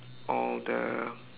all the